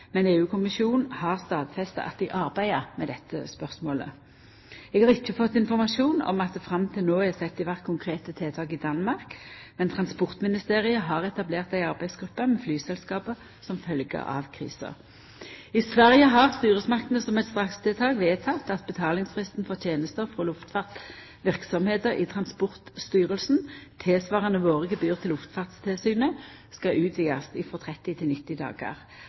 men EU-kommisjonen har stadfesta at dei arbeider med dette spørsmålet. Eg har ikkje fått informasjon om at det fram til no er sett i verk konkrete tiltak i Danmark, men Transportministeriet har etablert ei arbeidsgruppe med flyselskapa som følgje av krisa. I Sverige har styresmaktene, som eit strakstiltak, vedteke at betalingsfristen for tenester frå luftfartsverksemda til Transportstyrelsen, tilsvarande våre gebyr til Luftfartstilsynet, skal utvidast frå 30 til 90 dagar.